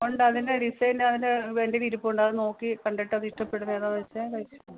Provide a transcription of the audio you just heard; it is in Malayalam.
ഉണ്ട് അതിൻ്റെ ഡിസൈന് അതിൻ്റെ ഫ്രണ്ടിൽ ഇരിപ്പുണ്ട് അത് നോക്കി കണ്ടിട്ട് അത് ഇഷ്ടപ്പെടുന്ന ഏതാണ് വച്ചാൽ തയ്ച്ചിട്ട്